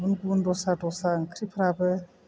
गुबुन गुबुन दस्रा दस्रा ओंख्रिफ्राबो